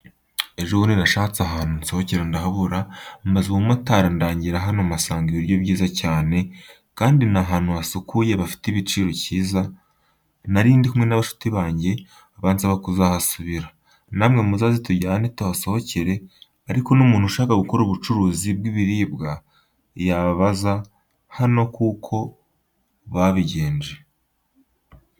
Ejobundi nashatse ahantu nsohokera ndahabura mbaza umumotari andangira hano mpasanga ibiryo byiza cyane kandi nahantu hasukuye bafite igiciro cyiza narindikumwe nabashuti bange bansaba kuzahasubira namwe muzaze tujyane tuhasohokere ariko n,umuntu ushaka gukora ubucuruzi bwibiribwa yabazahano uko babigenjeje.